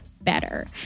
better